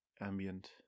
ambient